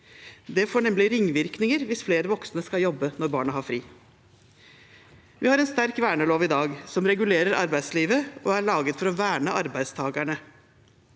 Det får nemlig ringvirkninger hvis flere voksne skal jobbe når barna har fri. Vi har en sterk vernelov i dag, som regulerer arbeidslivet og er laget for å verne arbeidstakerne.